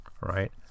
right